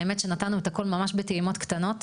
האמת שנתנו את הכול ממש בטעימות קטנות.